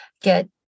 get